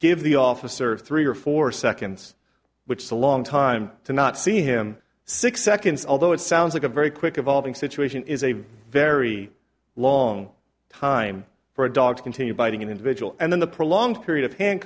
give the officer three or four seconds which is a long time to not see him six seconds although it sounds like a very quick evolving situation is a very long time for a dog to continue biting an individual and then the prolonged period of hand